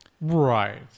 Right